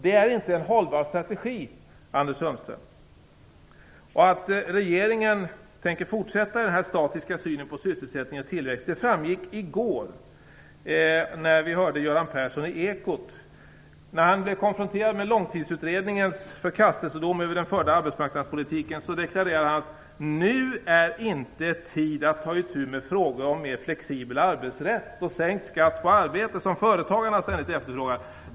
Det är inte en hållbar strategi, Anders Att regeringen tänker framhärda i denna sin statiska syn på sysselsättning och tillväxt framgick av vad Göran Persson sade i Ekot i går. När han blev konfronterad med Långtidsutredningens förkastelsedom över den förda arbetsmarknadspolitiken deklarerade han: Nu är inte tid att ta itu med frågor om mer flexibel arbetsrätt och sänkt skatt på arbete, som företagarna ständigt efterfrågar.